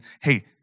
hey